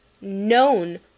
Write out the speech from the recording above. known